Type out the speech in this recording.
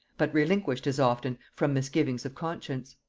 but relinquished as often from misgivings of conscience.